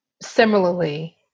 Similarly